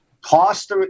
Cost